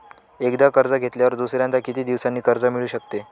एकदा कर्ज घेतल्यावर दुसऱ्यांदा किती दिवसांनी कर्ज मिळू शकते?